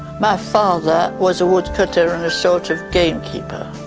my father was a woodcutter and a sort of gamekeeper,